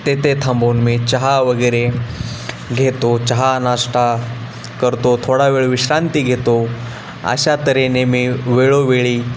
तेथे थांबून मी चहा वगैरे घेतो चहा नाश्ता करतो थोडा वेळ विश्रांती घेतो अशा तऱ्हेने मी वेळोवेळी